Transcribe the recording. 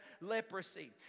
leprosy